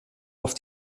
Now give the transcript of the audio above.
auf